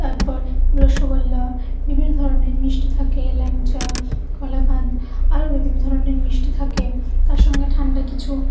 তারপর রসগোল্লা বিভিন্ন ধরণের মিষ্টি থাকে ল্যাংচা কালাকাঁদ আরো বিভিন্ন ধরনের মিষ্টি থাকে তার সঙ্গে ঠান্ডা কিছু